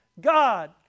God